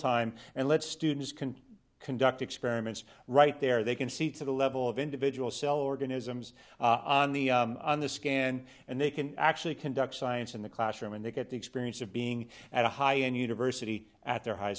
time and let students can conduct experiments right there they can see to the level of individual cell organisms on the on the scan and they can actually conduct science in the classroom and they get the experience of being at a high end university at their high